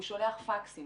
הוא שולח פקסים.